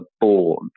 born